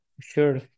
sure